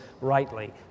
rightly